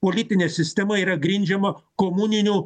politinė sistema yra grindžiama komuninių